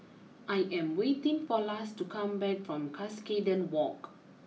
I am waiting for Lars to come back from Cuscaden walk